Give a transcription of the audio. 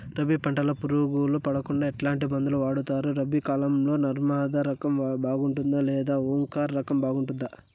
రబి పంటల పులుగులు పడకుండా ఎట్లాంటి మందులు వాడుతారు? రబీ కాలం లో నర్మదా రకం బాగుంటుందా లేదా ఓంకార్ రకం బాగుంటుందా?